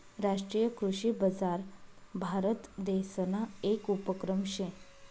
राष्ट्रीय कृषी बजार भारतदेसना येक उपक्रम शे